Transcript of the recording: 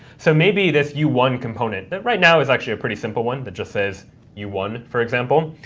so maybe this you won component, that right now is actually a pretty simple one that just says you won, for example,